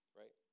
right